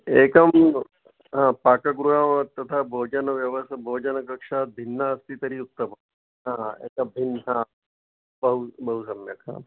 एकं हा पाकगृहं तथा भोनजव्यवस्था भोजनकक्षा भिन्ना अस्ति तर्हि उत्तमं हा एतद् भिन्ना बहु बहु सम्यक् हां